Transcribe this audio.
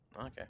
Okay